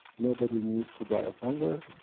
nobody needs to die of hunger,